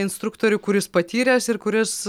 instruktorių kuris patyręs ir kuris